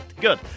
Good